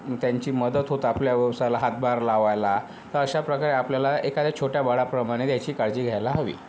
त्यांची मदत होते आपल्या व्यवसायाला हातभार लावायला तर अशा प्रकारे आपल्याला एखाद्या छोट्या बाळाप्रमाणे त्याची काळजी घ्यायला हवी